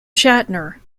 shatner